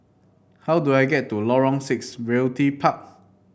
how do I get to Lorong Six Realty Park